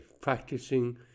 practicing